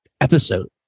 episode